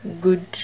good